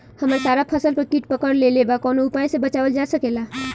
हमर सारा फसल पर कीट पकड़ लेले बा कवनो उपाय से बचावल जा सकेला?